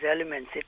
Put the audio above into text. elements